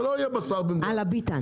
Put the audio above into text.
שלא יהיה בשר במדינת ישראל,